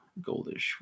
goldish